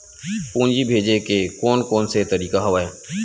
पूंजी भेजे के कोन कोन से तरीका हवय?